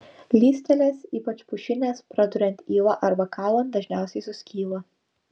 lystelės ypač pušinės praduriant yla arba kalant dažniausiai suskyla